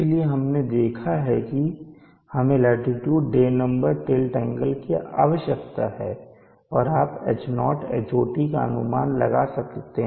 इसलिए हमने देखा कि हमें latitude day number tilt angle की आवश्यकता है और आप H0 Hot का अनुमान लगा सकते